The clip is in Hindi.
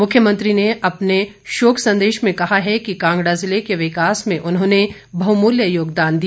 मुख्यमंत्री ने अपने शोक संदेश में कहा है कि कांगड़ा ज़िले को विकास में उन्होंने बहुमूल्य योगदान दिया